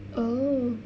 oh